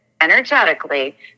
energetically